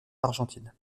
argentine